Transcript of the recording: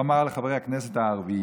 הוא אמר לחברי הכנסת הערבים.